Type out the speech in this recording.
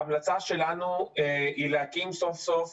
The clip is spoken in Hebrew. ההמלצה שלנו היא להקים סוף-סוף